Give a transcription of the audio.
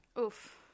Oof